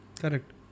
Correct